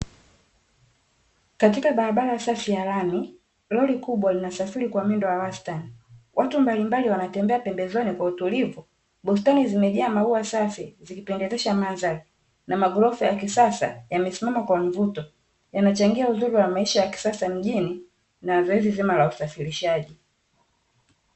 Katika barabara safi ya lami, lori kubwa linasafiri kwa mwendo wa wastan, watu mbalimbali wanatembea pembezoni kwa utulivu, bustani zimejaa maua safi zikipendezesha mandhari na maghorofa ya kisasa yamesimama kwa mvuto, yanachangia uzuri wa maisha ya kisasa mjini na zoezi zima la usafirishaji,